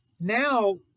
now